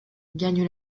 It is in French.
gagne